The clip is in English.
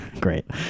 great